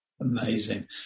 Amazing